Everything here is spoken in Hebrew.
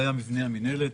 זה היה מבנה המינהלת,